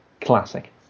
Classic